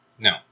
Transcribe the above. No